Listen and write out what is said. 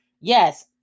Yes